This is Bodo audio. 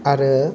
आरो